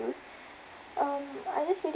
um I guess maybe